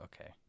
Okay